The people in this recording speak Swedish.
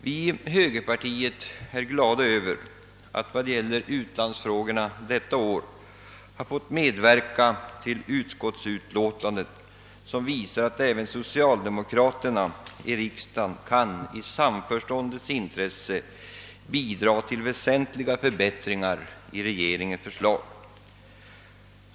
Vi i högerpartiet är glada över att vi vad gäller u-landsfrågorna detta år fått medverka i utskottet till ett utskottsutlåtande som visar att även socialdemokraterna kan i samförståndets intresse bidra till väsentliga förbättringar i regeringens förslag.